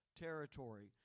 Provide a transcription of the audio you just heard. territory